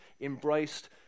embraced